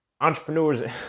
entrepreneurs